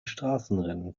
straßenrennen